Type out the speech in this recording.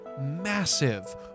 massive